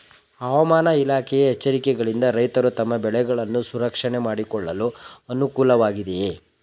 ಹವಾಮಾನ ಇಲಾಖೆಯ ಎಚ್ಚರಿಕೆಗಳಿಂದ ರೈತರು ತಮ್ಮ ಬೆಳೆಗಳನ್ನು ಸಂರಕ್ಷಣೆ ಮಾಡಿಕೊಳ್ಳಲು ಅನುಕೂಲ ವಾಗಿದೆಯೇ?